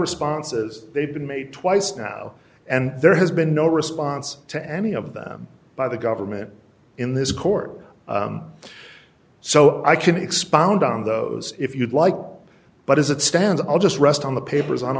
responses they've been made twice now and there has been no response to any of them by the government in this court so i can expound on those if you'd like but as it stands i'll just rest on the papers on